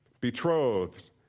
betrothed